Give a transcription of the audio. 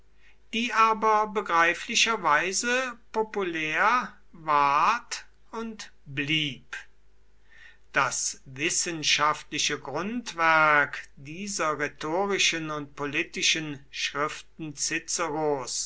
die aber begreiflicherweise populär ward und blieb das wissenschaftliche grundwerk dieser rhetorischen und politischen schriften